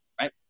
right